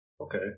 Okay